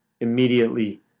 immediately